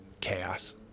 chaos